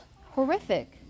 horrific